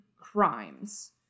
crimes